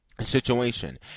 Situation